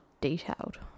detailed